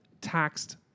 taxed